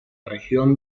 región